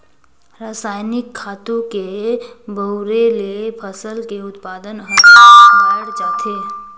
रसायनिक खातू के बउरे ले फसल के उत्पादन हर बायड़ जाथे